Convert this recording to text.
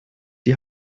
die